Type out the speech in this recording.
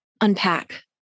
unpack